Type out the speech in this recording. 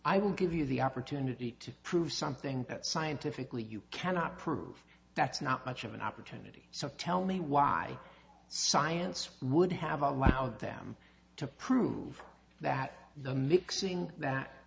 i will give you the opportunity to prove something that scientifically you cannot prove that's not much of an opportunity to tell me why science would have allowed them to prove that the mixing that